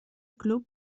club